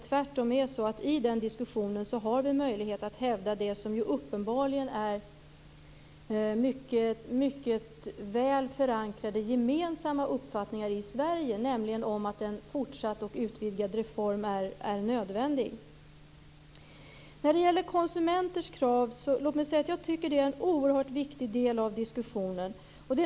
Tvärtom är det så att vi i den diskussionen har möjlighet att hävda det som uppenbarligen är mycket väl förankrade gemensamma uppfattningar i Sverige, nämligen att en fortsatt och utvidgad reform är nödvändig. Konsumenters krav är en oerhört viktig del av diskussionen.